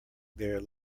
there